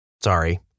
Sorry